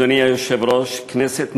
אדוני היושב-ראש, כנסת נכבדה,